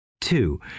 two